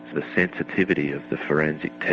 the sensitivity of the forensic ah